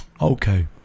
Okay